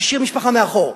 השאיר משפחה מאחור,